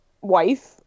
wife